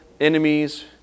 enemies